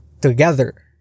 together